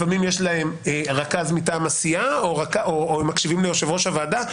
לפעמים יש רכז מטעם הסיעה או שהם מקשיבים ליושב-ראש הוועדה,